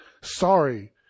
sorry